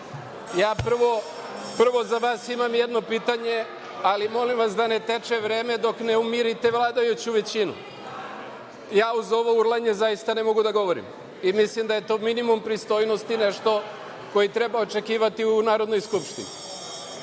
ovo?)Prvo, za vas imam jedno pitanje, ali molim vas da ne teče vreme dok ne umirite vladajuću većinu. Ja uz ovo urlanje zaista ne mogu da govorim i mislim da je to minimum pristojnosti, nešto što i treba očekivati u Narodnoj skupštini.